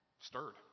stirred